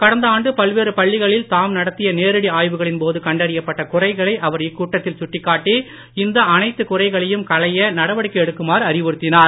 கடந்த ஆண்டு பல்வேறு பள்ளிகளில் தாம் நடத்திய நேரடி ஆய்வுகளின் போது கண்டறியப்பட்ட குறைகளை அவர் இக்கூட்டத்தில் சுட்டிக்காட்டி இந்த எல்லாக் குறைகளையும் களைய நடவடிக்கை எடுக்குமாறு அறிவுறுத்தினார்